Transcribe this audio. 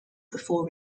before